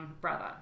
brother